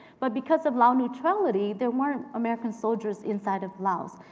but because of lao neutrality, they weren't american soldiers inside of laos.